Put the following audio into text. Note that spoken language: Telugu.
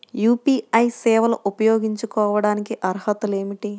యూ.పీ.ఐ సేవలు ఉపయోగించుకోటానికి అర్హతలు ఏమిటీ?